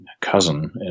cousin